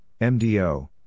MDO